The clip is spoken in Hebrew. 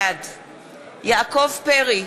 בעד יעקב פרי,